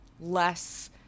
less